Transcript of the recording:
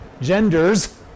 genders